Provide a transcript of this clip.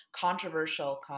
controversial